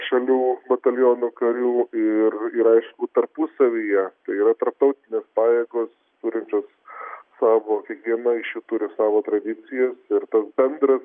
šalių bataliono karių ir ir aišku tarpusavyje tai yra tarptautinės pajėgos turinčios savo kiekviena iš jų turi savo tradicijas ir toks bendras